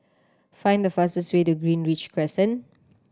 find the fastest way to Greenridge Crescent